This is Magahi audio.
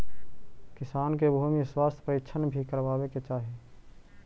किसान के भूमि स्वास्थ्य परीक्षण भी करवावे के चाहि